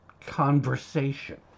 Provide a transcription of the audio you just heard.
conversation